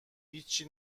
هیچچی